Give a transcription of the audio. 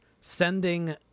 sending